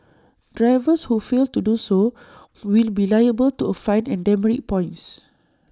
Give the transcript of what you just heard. drivers who fail to do so will be liable to A fine and demerit points